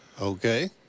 Okay